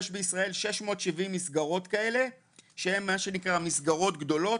יש בישראל 670 מסגרות כאלה שהם מסגרות גדולות,